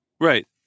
Right